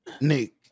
Nick